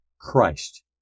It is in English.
Christ